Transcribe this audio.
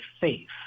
faith